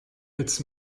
its